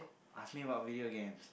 ask me about video games